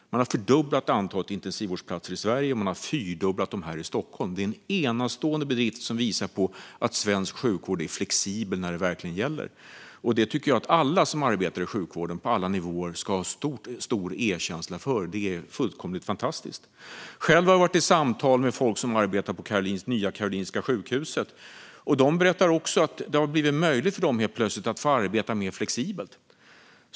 Man har fördubblat antalet intensivvårdsplatser i Sverige, och man har fyrdubblat dem här i Stockholm. Det är en enastående bedrift som visar att svensk sjukvård är flexibel när det verkligen gäller. Det tycker jag att alla som arbetar i sjukvården på alla nivåer ska ha stor erkänsla för. Det är fantastiskt. Jag har haft samtal med folk som arbetar på Nya Karolinska sjukhuset. De berättar också att det helt plötsligt har blivit möjligt för dem att få arbeta mer flexibelt.